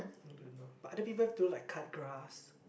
but other people have to do like cut grass